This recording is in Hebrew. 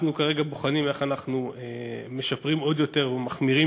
אנחנו כרגע בוחנים איך אנחנו משפרים עוד יותר או מחמירים